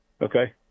Okay